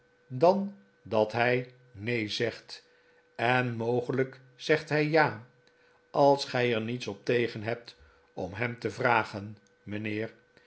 dan dat hij neen zegt en mogelfjk zegt hij ja als gij er niets op tegen hebt om hem te vragen mijnheer